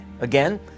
Again